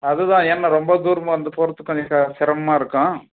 அதுதான் ஏன்னா ரொம்ப தூரமாக இருந்து போகிறத்துக்கு கொஞ்சம் சிரமமாக இருக்கும்